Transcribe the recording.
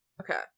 Okay